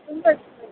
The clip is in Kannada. ತುಂಬ